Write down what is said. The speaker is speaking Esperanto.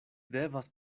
devas